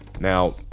Now